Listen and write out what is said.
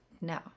no